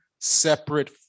separate